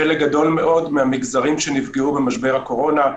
מלווים חלק גדול מאוד מהמגזרים שנפגעו ממשבר הקורונה.